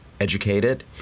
educated